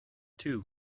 two